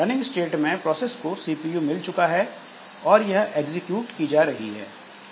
running state में process को CPU मिल चुका है और यह एग्जीक्यूट की जा रही है